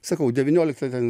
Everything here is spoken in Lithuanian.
sakau devynioliktą ten